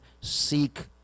seek